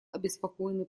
обеспокоены